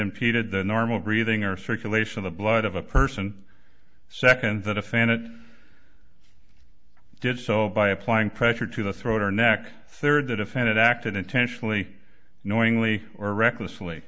impeded the normal breathing or circulation of the blood of a person second the defendant did so by applying pressure to the throat or neck third that offended acted intentionally knowingly or recklessly